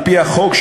על-פי החוק,